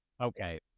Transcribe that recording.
Okay